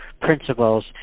principles